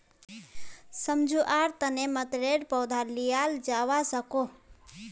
सम्झुआर तने मतरेर पौधा लियाल जावा सकोह